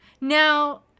Now